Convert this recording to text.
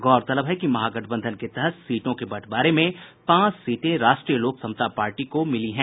गौरतलब है कि महागठबंधन के तहत सीटों के बंटवारे में पांच सीटें राष्ट्रीय लोक समता पार्टी को मिली है